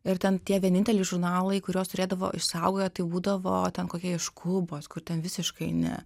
ir ten tie vieninteliai žurnalai kuriuos turėdavo išsaugoję tai būdavo ten kokie iš kubos kur ten visiškai ne